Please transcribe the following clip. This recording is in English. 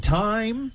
time